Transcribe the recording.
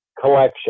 collection